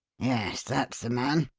yes, that's the man.